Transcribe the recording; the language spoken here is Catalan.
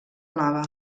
lava